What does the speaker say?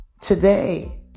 Today